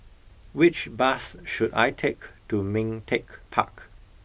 which bus should I take to Ming Teck Park